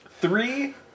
Three